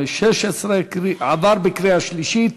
התשע"ו 2016, עבר בקריאה שלישית